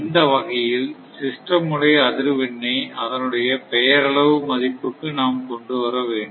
இந்த வகையில் சிஸ்டம் உடைய அதிர்வெண்ணை அதனுடைய பெயரளவு மதிப்புக்கு நாம் கொண்டு வர வேண்டும்